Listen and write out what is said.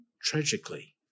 tragically